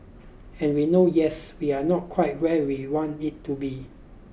and we know yes we are not quite where we want it to be